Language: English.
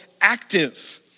active